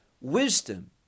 wisdom